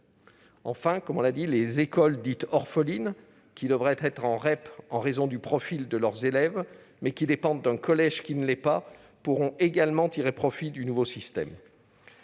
réforme. Enfin, les écoles dites « orphelines », qui devraient être en REP en raison du profil de leurs élèves, mais qui dépendent d'un collège qui ne l'est pas, pourront également tirer profit du nouveau système.